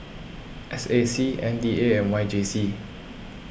S A C M D A and Y J C